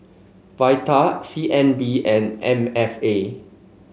Vital C N B and M F A